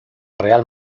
real